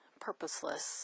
purposeless